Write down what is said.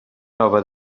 nova